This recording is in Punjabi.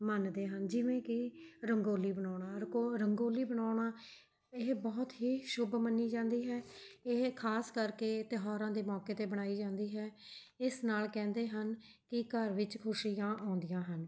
ਮੰਨਦੇ ਹਨ ਜਿਵੇਂ ਕਿ ਰੰਗੋਲੀ ਬਣਾਉਣਾ ਰੰਕੋ ਰੰਗੋਲੀ ਬਣਾਉਣਾ ਇਹ ਬਹੁਤ ਹੀ ਸ਼ੁੱਭ ਮੰਨੀ ਜਾਂਦੀ ਹੈ ਇਹ ਖਾਸ ਕਰਕੇ ਤਿਉਹਾਰਾਂ ਦੇ ਮੌਕੇ 'ਤੇ ਬਣਾਈ ਜਾਂਦੀ ਹੈ ਇਸ ਨਾਲ਼ ਕਹਿੰਦੇ ਹਨ ਕਿ ਘਰ ਵਿੱਚ ਖੁਸ਼ੀਆਂ ਆਉਂਦੀਆਂ ਹਨ